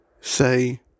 say